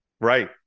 Right